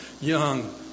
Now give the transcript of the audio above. young